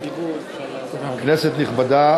כנסת נכבדה,